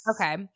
Okay